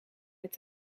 met